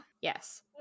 yes